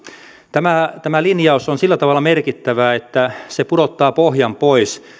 tämä tämä linjaus on sillä tavalla merkittävä että se pudottaa pohjan pois